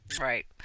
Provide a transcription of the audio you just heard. right